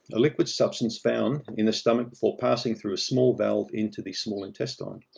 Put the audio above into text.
a liquid substances found in the stomach before passing through a small valve into the small intestine.